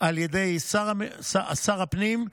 על ידי שר הפנים,